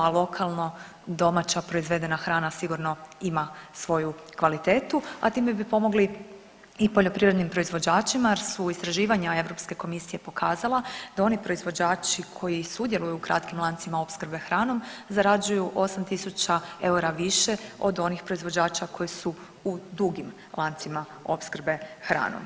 A lokalno domaća proizvedena hrana sigurno ima svoju kvalitetu, a time bi pomogli i poljoprivrednim proizvođačima jer su istraživanja Europske komisije pokazala da oni proizvođači koji sudjeluju u kratkim lancima opskrbe hranom zarađuju 8.000 eura više od onih proizvođača koji su u dugim lancima opskrbe hranom.